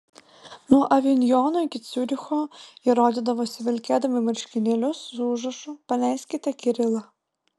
nuo avinjono iki ciuricho jie rodydavosi vilkėdami marškinėlius su užrašu paleiskite kirilą